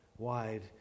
wide